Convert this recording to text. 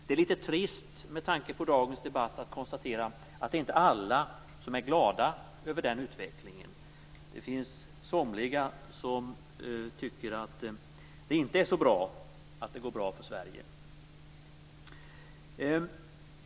Det är litet trist med tanke på dagens debatt att konstatera att det inte är alla som är glada över den utvecklingen. Det finns somliga som tycker att det inte är så bra att det går bra för Sverige.